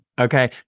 Okay